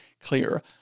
clear